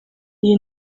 iyi